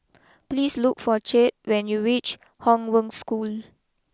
please look for Chet when you reach Hong Wen School